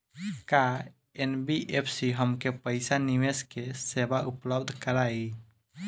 का एन.बी.एफ.सी हमके पईसा निवेश के सेवा उपलब्ध कराई?